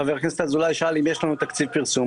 חבר הכנסת אזולאי שאל אם יש לנו תקציב פרסום.